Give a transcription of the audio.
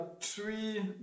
three